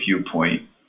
viewpoint